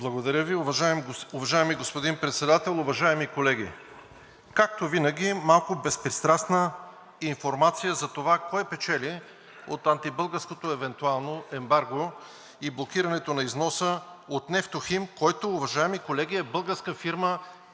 България): Уважаеми господин Председател, уважаеми колеги! Както винаги малко безпристрастна информация за това кой печели от антибългарското, евентуално ембарго и блокирането на износа от „Нефтохим“, който уважаеми колеги, е българска фирма,